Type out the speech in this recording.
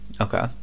Okay